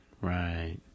Right